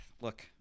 Look